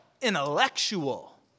intellectual